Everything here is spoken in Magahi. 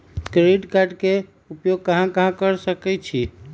क्रेडिट कार्ड के उपयोग कहां कहां कर सकईछी?